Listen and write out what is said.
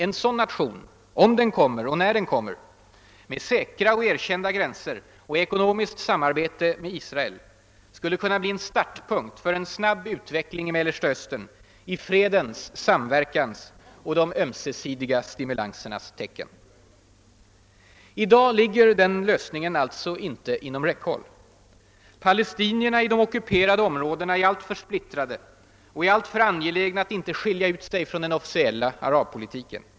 En sådan nation, när den kommer och om den kommer, med säkra och erkända gränser och i ekonomiskt samarbete med Israel skulle kunna bli en startpunkt för en snabb utveckling i Mellersta Östern i fredens, samverkans och de ömsesidiga stimulansernas tecken. I dag ligger den lösningen alltså inte inom räckhåll. Palestinierna i de ockuperade områdena är alltför splittrade och alltför angelägna att inte skilja ut sig från den officiella arabpolitiken.